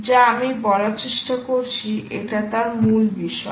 যা আমি বলার চেষ্টা করছি এটা তার মূল বিষয়